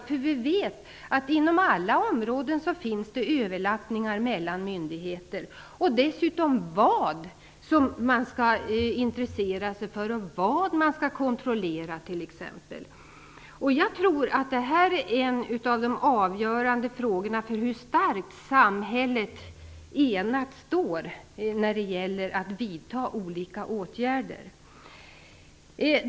Vi vet att det inom alla områden förekommer överlappningar mellan myndigheter. Det gäller dessutom vad man skall intressera sig för och kontrollera. Detta är en av de avgörande frågorna för hur starkt enat samhället står när det gäller att vidta olika åtgärder.